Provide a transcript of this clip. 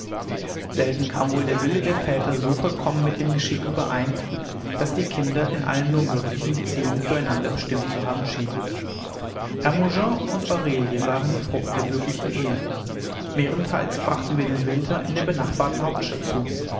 selten kam wohl der wille der väter so vollkommen mit dem geschick überein das die kinder in allen nur möglichen beziehungen füreinander bestimmt zu haben schien hermogen und aurelie waren die frucht der glücklichen ehe mehrenteils brachten wir den winter in der benachbarten hauptstadt zu